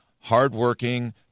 hardworking